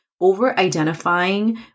over-identifying